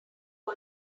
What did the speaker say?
old